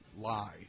lie